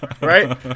Right